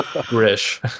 Grish